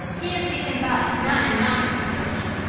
he is weak in body, not in mind, mrs. o'keefe.